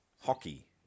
Hockey